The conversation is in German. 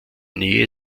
nähe